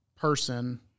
person